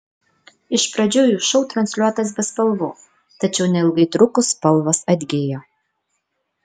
iš pradžių jų šou transliuotas be spalvų tačiau neilgai trukus spalvos atgijo